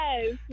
yes